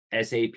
SAP